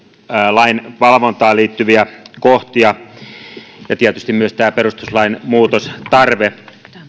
lainvalvontaan liittyviä kohtia ja tietysti myös tämä perustuslain muutostarve